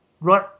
right